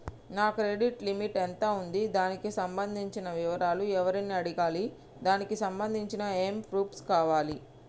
నా credit limit ఎంత ఉంది? దానికి సంబంధించిన వివరాలు ఎవరిని అడగాలి? దానికి సంబంధించిన ఏమేం ప్రూఫ్స్ కావాలి?